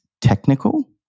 technical